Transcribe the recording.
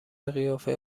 قیافه